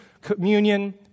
communion